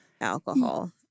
alcohol